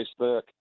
Facebook